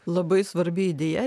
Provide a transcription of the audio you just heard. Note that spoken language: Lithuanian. labai svarbi idėja